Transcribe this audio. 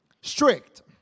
Strict